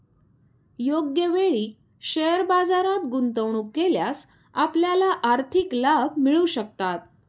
योग्य वेळी शेअर बाजारात गुंतवणूक केल्यास आपल्याला आर्थिक लाभ मिळू शकतात